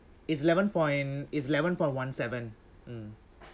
it's eleven point it's eleven point one seven mm